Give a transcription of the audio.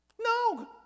No